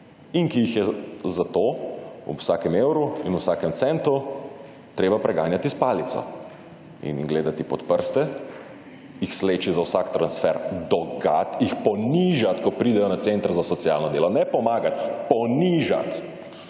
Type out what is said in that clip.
In ki jih je zato ob vsakem evru in vsakem centu treba preganjati s palico in jim gledati pod prste, jih sleči za vsak transfer do gat, jih ponižati, ko pridejo na center za socialno delo, ne pomagati, ponižati